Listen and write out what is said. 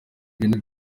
ibintu